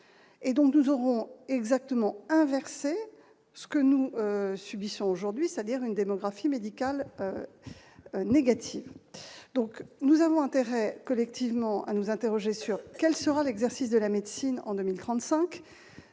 et donc nous aurons exactement inversé ce que nous subissons aujourd'hui, c'est-à-dire une démographie médicale négative, donc nous avons intérêt collectivement à nous interroger sur quel sera l'exercice de la médecine en 2035